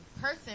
person